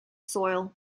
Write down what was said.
soil